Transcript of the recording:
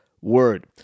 Word